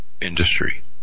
industry